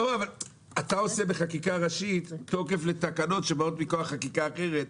אבל אתה עושה בחקיקה ראשית תוקף לתקנות שבאות מכח חקיקה אחרת.